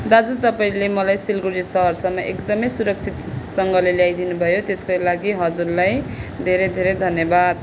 तपाईँले मलाई सिलगढी सहरसम्म एकदमै सुरक्षितसँगले ल्याइदिनु भयो त्यसको लागि हजुरलाई धेरै धेरै धन्यवाद